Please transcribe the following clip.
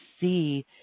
see